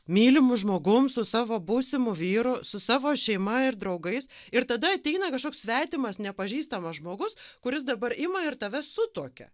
mylimu žmogum su savo būsimu vyru su savo šeima ir draugais ir tada ateina kažkoks svetimas nepažįstamas žmogus kuris dabar ima ir tave sutuokia